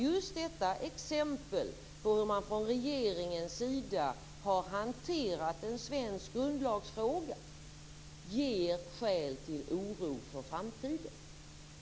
Just detta exempel på hur regeringen har hanterat en svensk grundlagsfråga ger skäl till oro inför framtiden.